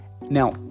Now